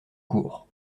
court